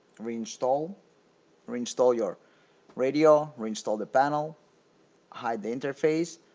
reinstall reinstall your radio. reinstall the panel hide the interface.